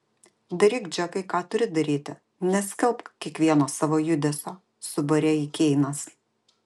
daryk džekai ką turi daryti neskelbk kiekvieno savo judesio subarė jį keinas